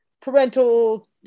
parental